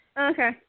Okay